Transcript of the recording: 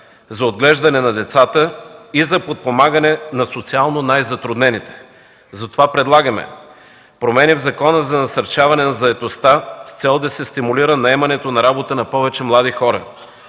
за отглеждане на децата и за подпомагане на социално най-затруднените. Предлагаме промени в Закона за насърчаване на заетостта с цел да се стимулира наемането на работа на повече млади хора;